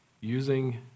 Using